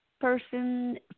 person